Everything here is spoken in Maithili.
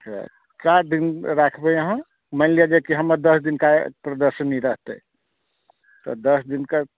अच्छा कय दिन राखबै अहाँ मानि लिअ कि हमर दस दिनका प्रदर्शनी रहतै तऽ दस दिनके